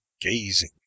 gazing